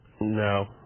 no